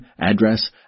address